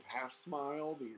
half-smile